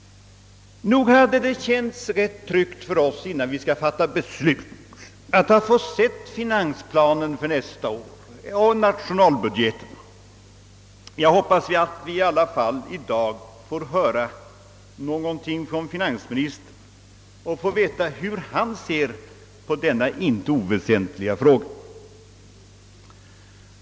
Nog hade det känts rätt tryggt om vi hade sett finansplanen och nationalbudgeten för nästa år innan vi skulle fatta beslut. Jag hoppas att vi i alla fall i dag får höra hur finansministern ser på denna inte oväsentliga fråga.